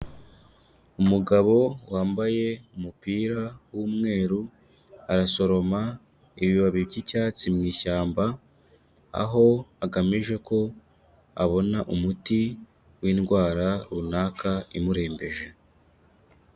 Umugabo wambaye umupira w'umweru, arasoroma ibibabi by'icyatsi mu ishyamba. Aho agamije ko abona umuti w'indwara runaka imurembeje.